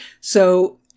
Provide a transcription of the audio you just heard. So-